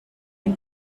den